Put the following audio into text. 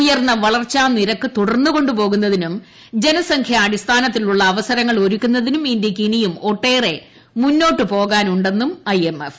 ഉയർന്ന വളർച്ചാനിരക്ക് തുടർന്നു കൊണ്ടുപോകുന്നതിനും ജനസംഖ്യാ അടിസ്ഥാനത്തിലുള്ള അവസരങ്ങൾ ഒരുക്കുന്നതിനും ഇന്തൃയ്ക്ക് ഇനിയും ഒട്ടേറെ മുന്നോട്ട് പോകാനുണ്ടെന്നും ഐ എം എഫ്